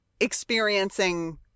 experiencing